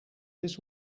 this